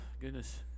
goodness